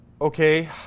Okay